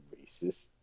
racist